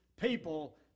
people